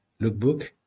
lookbook